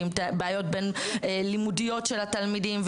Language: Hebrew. ובעיות לימודיות של התלמידים,